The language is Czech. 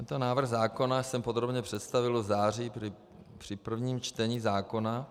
Tento návrh zákona jsem podrobně představil už v září při prvním čtení zákona.